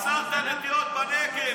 עצרת נטיעות בנגב.